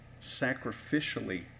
sacrificially